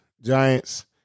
Giants